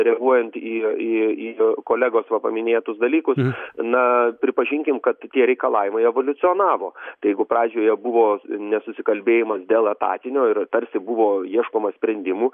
reaguojant į į į kolegos va paminėtus dalykus na pripažinkim kad tie reikalavimai evoliucionavo jeigu pradžioje buvo nesusikalbėjimas dėl etatinio ir tarsi buvo ieškoma sprendimų